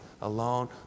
alone